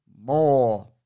more